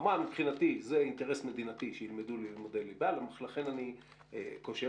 היא אמרה שמבחינתה זה אינטרס מדינתי שילמדו לימודי ליבה ולכן היא קושרת.